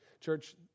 Church